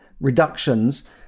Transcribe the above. reductions